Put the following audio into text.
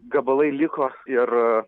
gabalai liko ir